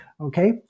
Okay